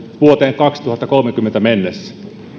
vuoteen kaksituhattakolmekymmentä mennessä